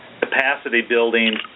capacity-building